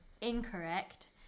incorrect